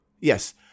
yes